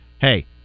hey